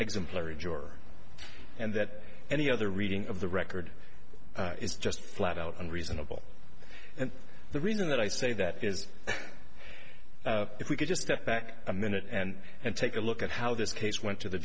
exemplary jor and that any other reading of the record is just flat out and reasonable and the reason that i say that is if we could just step back a minute and and take a look at how this case went to the